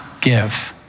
give